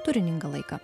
turiningą laiką